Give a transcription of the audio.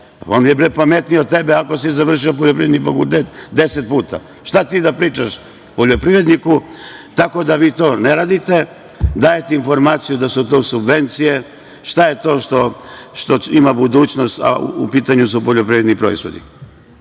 Onda je pametniji od tebe, iako si završio poljoprivredni fakultet, deset puta. Šta ti da pričaš poljoprivredniku? Tako da, vi to ne radite. Dajete informaciju da su to subvencije. Šta je to što ima budućnost, a u pitanju su poljoprivredni proizvodi?